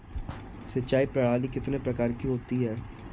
सिंचाई प्रणाली कितने प्रकार की होती है?